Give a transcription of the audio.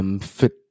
fit